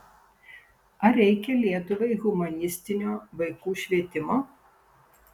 ar reikia lietuvai humanistinio vaikų švietimo